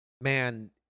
Man